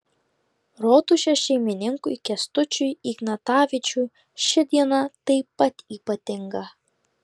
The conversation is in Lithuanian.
rotušės šeimininkui kęstučiui ignatavičiui ši diena taip pat ypatinga